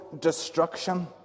destruction